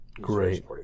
great